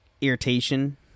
irritation